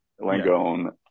Langone